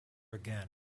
again